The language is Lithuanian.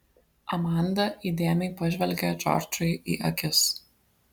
amanda įdėmiai pažvelgė džordžui į akis